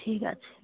ঠিক আছে